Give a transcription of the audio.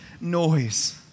noise